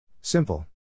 Simple